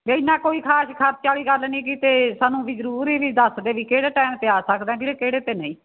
ਜੇ ਇੰਨਾ ਕੋਈ ਖ਼ਾਸ ਖਰਚੇ ਵਾਲੀ ਗੱਲ ਨਹੀਂ ਗੀ ਤਾਂ ਸਾਨੂੰ ਵੀ ਜ਼ਰੂਰ ਹੀ ਵੀ ਦੱਸ ਦੇ ਵੀ ਕਿਹੜੇ ਟਾਈਮ 'ਤੇ ਆ ਸਕਦਾ ਵੀਰੇ ਕਿਹੜੇ 'ਤੇ ਨਹੀਂ